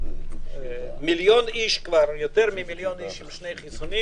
מיליון איש עברו כבר חיסון בשתי מנות.